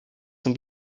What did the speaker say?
zum